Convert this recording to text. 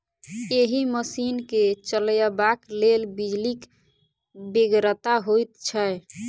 एहि मशीन के चलयबाक लेल बिजलीक बेगरता होइत छै